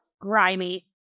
grimy